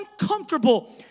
uncomfortable